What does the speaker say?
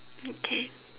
okay